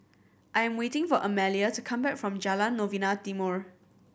I am waiting for Amalia to come back from Jalan Novena Timor